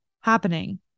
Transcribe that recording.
happening